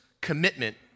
commitment